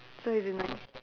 so as in like